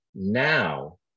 Now